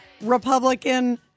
Republican